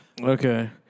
Okay